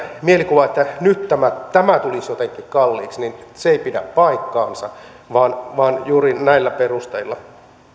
mielikuva että nyt tämä tämä tulisi jotenkin kalliiksi ei pidä paikkaansa vaan vaan juuri näillä perusteilla